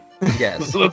Yes